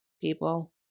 people